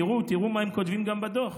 תראו מה הם כותבים בדוח.